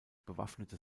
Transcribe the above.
bewaffnete